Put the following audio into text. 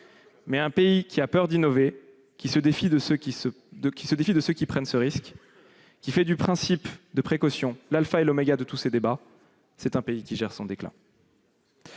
un pays qui a peur d'innover, qui se défie de ceux qui prennent ce risque, qui fait du principe de précaution l'alpha et l'oméga de tous ses débats, est un pays qui se contente